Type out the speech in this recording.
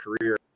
career